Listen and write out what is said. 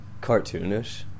cartoonish